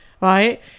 right